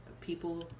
people